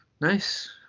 nice